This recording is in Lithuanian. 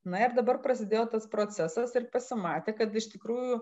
na ir dabar prasidėjo tas procesas ir pasimatė kad iš tikrųjų